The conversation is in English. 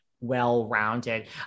well-rounded